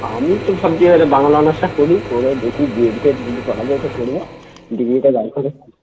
আমিই তো ভাবছি এবারে বাংলা অনার্সটা করি করে দেখি বিএড ফিএড যদি করা যায় তো করবো ডিগ্রীটা বার করে